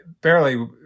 barely